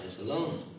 alone